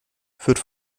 führt